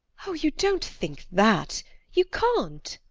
oh! you don't think that you can't.